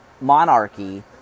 monarchy